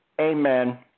amen